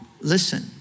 listen